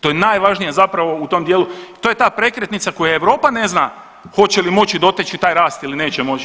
To je najvažnije zapravo u tom dijelu i to je ta prekretnica koju Europa ne zna hoće li moći doteći taj rast ili neće moći.